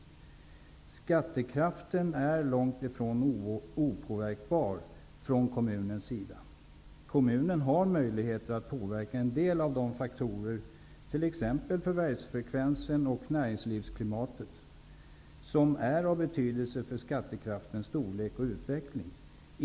Skattekraften är långt ifrån opåverkbar från kommunens sida. Kommunen har möjligheter att påverka en del av de faktorer -- t.ex. förvärvsfrekvensen och näringslivsklimatet -- som är av betydelse för skattekraftens storlek och utveckling.